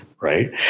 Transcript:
right